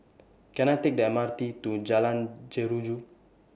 Can I Take The M R T to in Jalan Jeruju